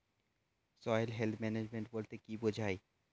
Soil health management বলতে কি বুঝায়?